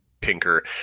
Pinker